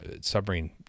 submarine –